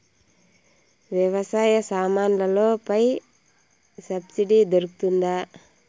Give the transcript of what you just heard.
వ్యవసాయ సామాన్లలో పై సబ్సిడి దొరుకుతుందా?